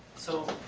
so,